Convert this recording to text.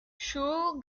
chu